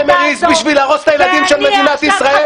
קולות בפריימריז בשביל להרוס את הילדים של מדינת ישראל?